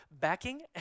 backing